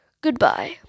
goodbye